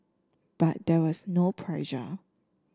but there was no pressure